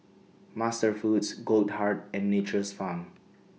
MasterFoods Goldheart and Nature's Farm